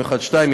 פ/4212/20,